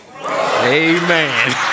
amen